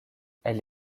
elle